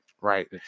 Right